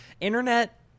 Internet